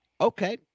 okay